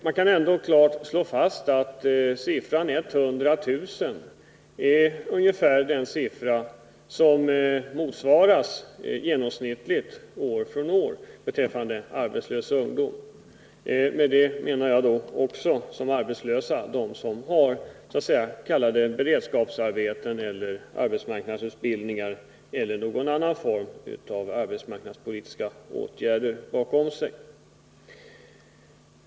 Det kan ändå klart slås fast att siffran 100 000 är ungefär den siffra som motsvarar genomsnittet år från år beträffande arbetslös ungdom. Då menar jag med arbetslösa också dem som har s.k. beredskapsarbeten, arbetsmarknadsutbildning eller någon annan form av arbetsmarknadspolitiska åtgärder bakom sig.